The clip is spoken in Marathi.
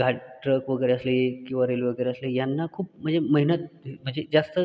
घाट ट्रक वगैरे असले किंवा रेल्वे वगैरे असले यांना खूप म्हणजे महिन्यात म्हणजे जास्त